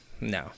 no